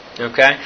Okay